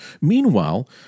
Meanwhile